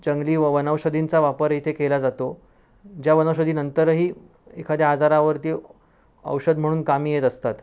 जंगली व वनौषधींचा वापर इथे केला जातो ज्या वनौषधी नंतरही एखाद्या आजारावरती औषध म्हणून कामी येत असतात